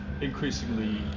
increasingly